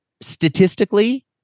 statistically